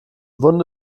wunde